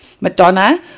Madonna